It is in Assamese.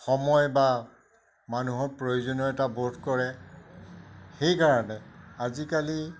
সময় বা মানুহৰ প্ৰয়োজনীয় এটা বোধ কৰে সেইকাৰণে আজিকালি